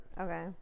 Okay